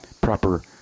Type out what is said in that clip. proper